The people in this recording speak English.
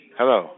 Hello